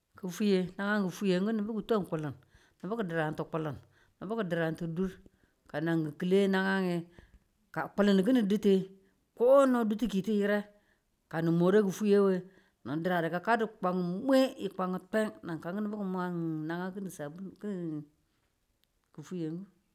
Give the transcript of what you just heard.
ki̱ fuye, nagang ki̱fwiye nge nubu ki̱n twan kulin, nubu duran tu kulin, nubu ki̱ duran ti dur kanan ki̱le nanange ka kulin ki̱nin dute, ko da dutuki ye yire, ka ni more kufwiye nge ni duradu ki̱ kadu ng kwan mwe yi kwan twen nan kan nubu ki̱ ma nanang ki̱nin ki̱fwiyennu.